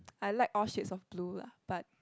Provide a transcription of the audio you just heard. I like all shades of blue lah but